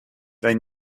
they